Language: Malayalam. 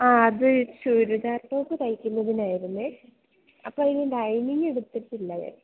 ആ അത് ചുരിദാർ ടോപ്പ് തയ്ക്കുന്നതിനായിരുന്നേ അപ്പോൾ അതിന് ലൈനിംഗ് എടുത്തിട്ടില്ല ഞാൻ